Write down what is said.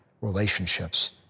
relationships